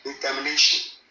determination